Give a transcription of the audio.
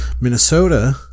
Minnesota